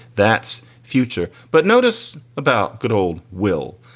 that's future. but notice about good old will.